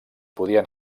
podien